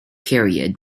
period